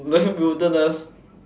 wilderness